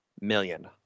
million